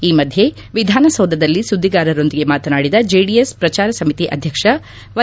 ಈ ಮಧ್ಯ ವಿಧಾನಸೌಧದಲ್ಲಿ ಸುದ್ದಿಗಾರರೊಂದಿಗೆ ಮಾತನಾಡಿದ ಜೆಡಿಎಸ್ ಪ್ರಚಾರ ಸಮಿತಿ ಅಧ್ಯಕ್ಷ ವೈ